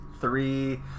three